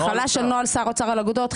הפעלה של נוהל שר אוצר על אגודות.